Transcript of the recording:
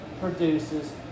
produces